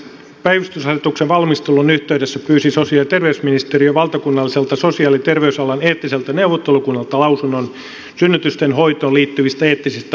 päivystysasetuksen valmistelun yhteydessä pyysin sosiaali ja terveysministeriön valtakunnalliselta sosiaali ja terveysalan eettiseltä neuvottelukunnalta lausunnon synnytysten hoitoon liittyvistä eettisistä kysymyksistä